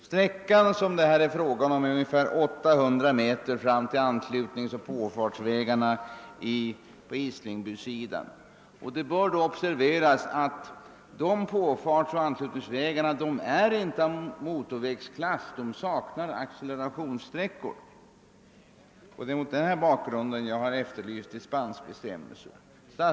Sträckan över bron fram till anslutningsoch påfartsvägarna i Islingby är ca 800 m. Det bör observeras att dessa påfartsoch anslutningsvägar inte är av motorvägsklass, eftersom de saknar accelerationssträckor. Det är mot denna bakgrund jag efterlyst dispensbestämmelser för trafik på denna sträcka.